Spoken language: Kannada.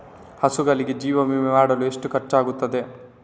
ಹಸುಗಳಿಗೆ ಜೀವ ವಿಮೆ ಮಾಡಲು ಎಷ್ಟು ಖರ್ಚಾಗುತ್ತದೆ?